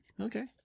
Okay